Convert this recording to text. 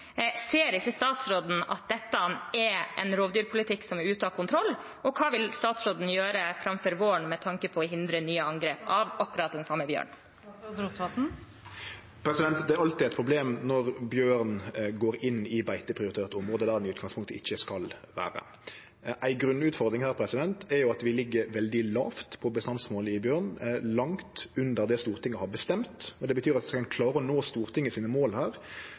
Ser ikke statsråden at dette er en rovdyrpolitikk som er ute av kontroll? Og hva vil statsråden gjøre før våren med tanke på å hindre nye angrep av akkurat den samme bjørnen? Det er alltid eit problem når bjørn går inn i beiteprioritert område der han i utgangspunktet ikkje skal vere. Ei grunnutfordring her er at vi ligg veldig lågt på bestandsmålet for bjørn, langt under det Stortinget har bestemt. Det betyr at skal ein klare å nå måla til Stortinget,